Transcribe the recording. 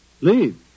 Leave